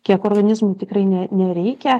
kiek organizmui tikrai ne nereikia